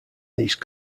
these